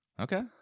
Okay